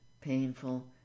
painful